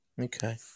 Okay